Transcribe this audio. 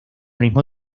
mismo